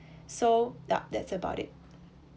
so that's about it